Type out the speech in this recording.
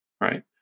right